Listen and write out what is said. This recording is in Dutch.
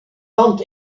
land